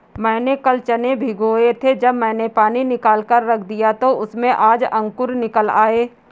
मैंने कल चने भिगोए थे जब मैंने पानी निकालकर रख दिया तो उसमें आज अंकुर निकल आए